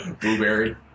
Blueberry